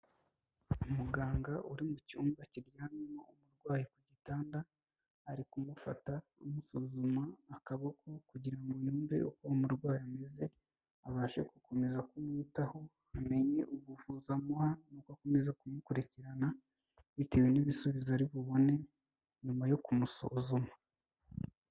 Umuganga uri mu cyumba kiryamyemo umurwayi ku gitanda, ari kumufata amusuzuma akaboko kugira ngo yumve uko umurwayi ameze abashe gukomeza kumwitaho, amenye ubuvuzi amuha, nuko akomeza kumukurikirana, bitewe n'ibisubizo ari bubone nyuma yo kumusuzuma.